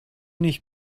nicht